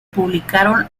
publicaron